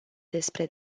despre